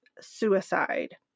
suicide